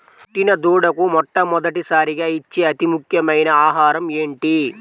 పుట్టిన దూడకు మొట్టమొదటిసారిగా ఇచ్చే అతి ముఖ్యమైన ఆహారము ఏంటి?